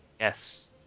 Yes